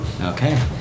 Okay